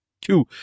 two